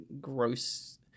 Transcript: gross